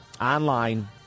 Online